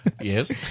Yes